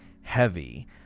heavy